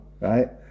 right